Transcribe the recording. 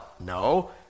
No